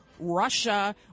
Russia